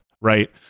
right